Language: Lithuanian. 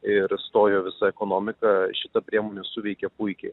ir stojo visą ekonomiką šita priemonė suveikė puikiai